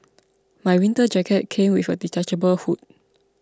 my winter jacket came with a detachable hood